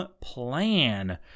plan